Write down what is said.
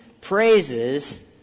praises